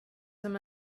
som